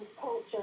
culture